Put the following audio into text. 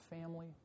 family